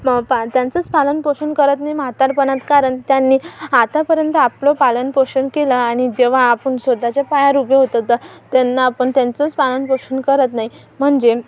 त्यांचच पालनपोषण करत नाही म्हातारपणात कारण त्यांनी आतापर्यंत आपलं पालनपोषण केलं आणि जेव्हा आपण स्वतःच्या पायावर उभे होतो तर त्यांना आपण त्यांचच पालनपोषण करत नाही म्हणजे